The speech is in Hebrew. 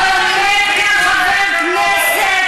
אבל עומד כאן חבר כנסת